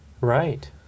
Right